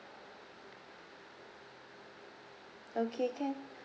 okay can